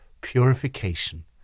purification